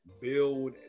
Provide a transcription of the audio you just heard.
build